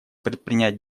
предпринять